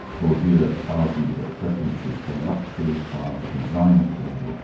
bourdieu yeah argued that preferences for luxury cars, designer clothing,